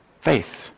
Faith